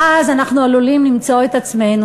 ואז אנחנו עלולים למצוא את עצמנו